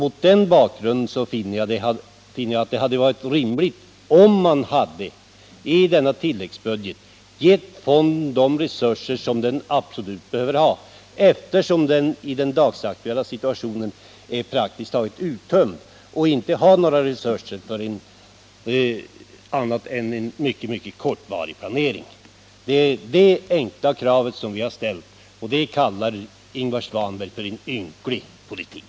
Mot den bakgrunden finner jag att det hade varit rimligt om man i denna tilläggsbudget hade givit fonden de resurser som den absolut behöver, eftersom den i den dagsaktuella situationen är praktiskt taget uttömd och inte har några resurser för annat än en mycket kortvarig planering. Det är det enkla kravet som vi har ställt, och det kallar Ingvar Svanberg för en ynklig politik.